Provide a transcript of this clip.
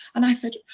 and i said,